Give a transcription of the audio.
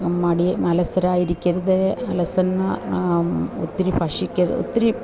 മടിയ അലസരായി ഇരിക്കരുത് അലസന്മാർ ഒത്തിരി ഭക്ഷിക്കരുത് ഒത്തിരി